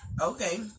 Okay